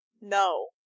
No